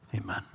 Amen